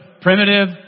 primitive